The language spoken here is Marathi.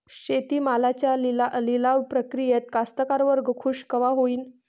शेती मालाच्या लिलाव प्रक्रियेत कास्तकार वर्ग खूष कवा होईन?